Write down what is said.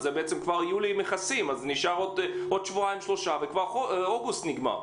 אז כבר את יולי מכסים ונשארו שבועיים שלושה ואוגוסט נגמר.